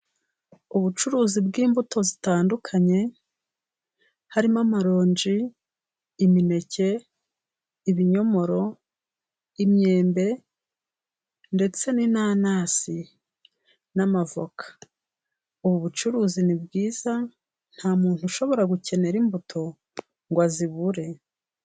Ubucuruzi bw'imbuto zitandukanye harimo amaronji, imineke, ibinyomoro, imyembe ndetse n'inanasi n'amavoka. Ubu bucuruzi ni bwiza, nta muntu ushobora gukenera imbuto ngo azibure.